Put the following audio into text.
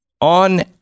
on